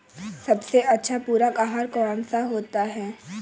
सबसे अच्छा पूरक आहार कौन सा होता है?